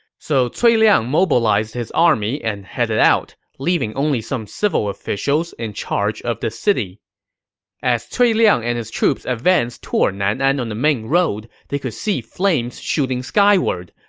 so cui liang mobilized his army and headed out, leaving only some civilian officials in charge of the city as cui liang and his troops advanced toward nanan on the main road, they could see flames shooting skyward.